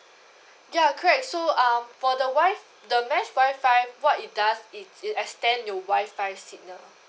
ya correct so uh for the Wi-Fi the mesh Wi-Fi what it does is it extend your Wi-Fi signal